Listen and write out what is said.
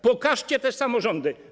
Pokażcie te samorządy.